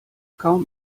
kaum